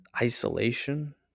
Isolation